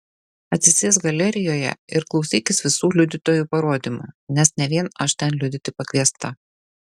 atsisėsk galerijoje ir klausykis visų liudytojų parodymų nes ne vien aš ten liudyti pakviesta